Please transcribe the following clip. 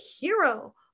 hero